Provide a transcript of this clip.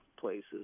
places